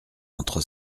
entre